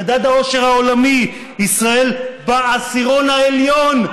שבמדד האושר העולמי ישראל בעשירון העליון,